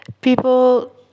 people